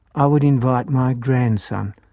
i would invite my grandson,